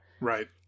Right